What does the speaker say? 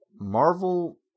Marvel